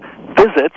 visits